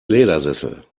ledersessel